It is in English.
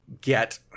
get